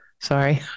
Sorry